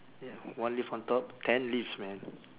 ya one lift on top ten lifts man